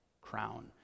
crown